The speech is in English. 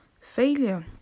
failure